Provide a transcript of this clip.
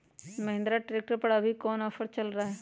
Mahindra tractor पर अभी कोन ऑफर चल रहा है?